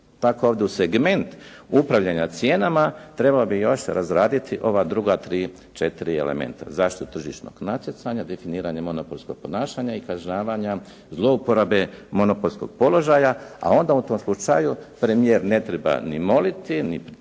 Tako ovdje u segment upravljanja cijenama trebalo bi još razraditi ova druga tri, četiri elementa – zaštitu tržišnog natjecanja, definiranja monopolskog ponašanja i kažnjavanja zlouporabe monopolskog položaja, a onda u tom slučaju premijer ne treba ni moliti, ni pritiskati,